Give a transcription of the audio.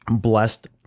blessed